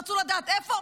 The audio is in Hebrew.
רצו לדעת איפה,